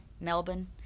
melbourne